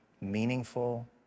meaningful